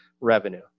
revenue